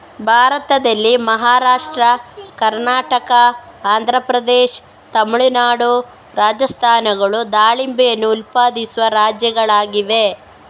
ಭಾರತದಲ್ಲಿ ಮಹಾರಾಷ್ಟ್ರ, ಕರ್ನಾಟಕ, ಆಂಧ್ರ ಪ್ರದೇಶ, ತಮಿಳುನಾಡು, ರಾಜಸ್ಥಾನಗಳು ದಾಳಿಂಬೆಯನ್ನು ಉತ್ಪಾದಿಸುವ ರಾಜ್ಯಗಳಾಗಿವೆ